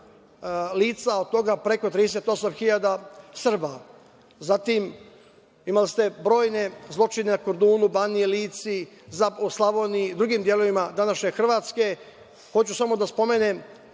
lica, od toga preko 38 hiljada Srba. Zatim, imali ste brojne zločine na Kordunu, Baniji, Lici, Slavoniji i drugim delovima današnje Hrvatske. Hoću samo da spomenem